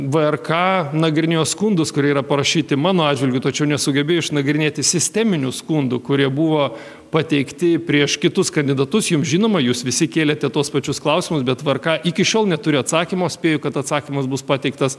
vrk nagrinėjo skundus kurie yra parašyti mano atžvilgiu tačiau nesugebėjo išnagrinėti sisteminių skundų kurie buvo pateikti prieš kitus kandidatus jums žinoma jūs visi kėlėte tuos pačius klausimus bet tvarka iki šiol neturiu atsakymo spėju kad atsakymas bus pateiktas